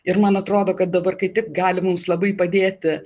ir man atrodo kad dabar kaip tik gali mums labai padėti